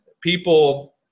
people